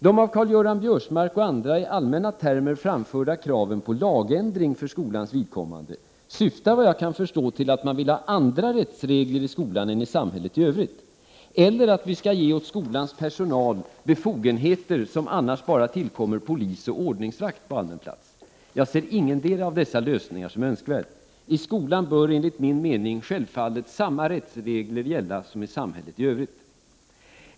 De av Karl-Göran Biörsmark och andra i allmänna termer framförda kraven på lagändring för skolans vidkommande syftar vad jag kan förstå till att man vill ha andra rättsregler i skolan än i samhället i övrigt eller att vi skall ge åt skolans personal befogenheter som annars bara tillkommer polis och ordningsvakt på allmän plats. Jag ser ingendera av dessa lösningar som önskvärd. I skolan bör enligt min mening självfallet samma rättsregler gälla som i samhället i övrigt.